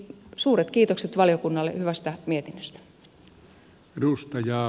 suuret kiitokset valiokunnalle hyvästä mietinnöstä